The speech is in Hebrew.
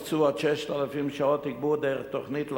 הוקצו עוד 6,000 שעות תגבור דרך תוכנית לב"ם,